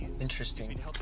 Interesting